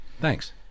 Thanks